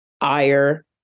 ire